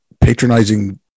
patronizing